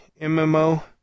MMO